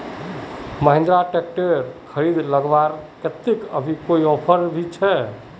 Mahindra tractor खरीद लगवार केते अभी कोई ऑफर भी छे?